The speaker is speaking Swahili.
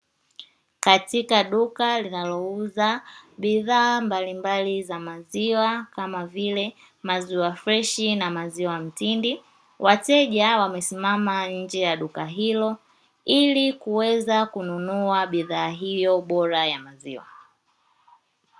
Katika duka linalouza bidhaa mbalimbali za maziwa kama vile maziwa Freshi na maziwa ya mtindi, wateja wamesimama nje ya duka hilo ili kuweza kununua bidhaa hiyo bora ya maziwa.